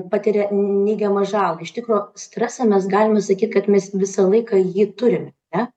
patiria neigiamą žalą iš tikro stresą mes galime sakyt kad mes visą laiką jį turime ne